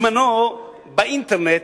לגבי האינטרנט,